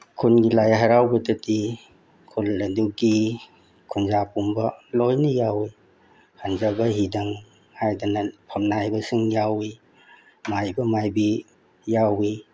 ꯈꯨꯟꯒꯤ ꯂꯥꯏ ꯍꯔꯥꯎꯕꯗꯗꯤ ꯈꯨꯜ ꯑꯗꯨꯒꯤ ꯈꯨꯟꯖꯥꯄꯨꯝꯕ ꯂꯣꯏꯅ ꯌꯥꯎꯋꯤ ꯍꯟꯖꯕ ꯍꯤꯗꯝ ꯍꯥꯏꯗꯅ ꯐꯝꯅꯥꯏꯕꯁꯤꯡ ꯌꯥꯎꯋꯤ ꯃꯥꯏꯕ ꯃꯥꯏꯕꯤ ꯌꯥꯎꯋꯤ